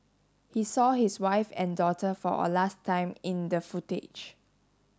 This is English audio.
he saw his wife and daughter for a last time in the footage